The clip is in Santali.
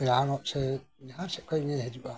ᱯᱮᱲᱟ ᱦᱚᱲᱚᱜ ᱥᱮ ᱡᱟᱦᱟ ᱥᱮᱡ ᱠᱷᱚᱡ ᱜᱮᱧ ᱦᱤᱡᱩᱜᱼᱟ